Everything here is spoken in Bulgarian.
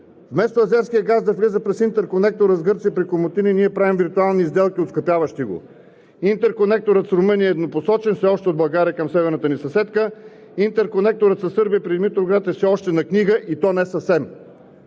Вместо азерският газ да влиза през интерконектора с Гърция при Комотини, ние правим виртуални сделки, оскъпяващи го, интерконекторът с Румъния е еднопосочен все още от България към северната ни съседка, интерконекторът със Сърбия при Димитровград все още е на книга, и то не съвсем.